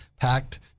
packed